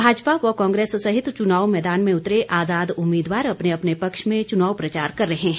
भाजपा व कांग्रेस सहित चुनाव मैदान में उतरे आजाद उम्मीदवार अपने अपने पक्ष में चुनाव प्रचार कर रहे हैं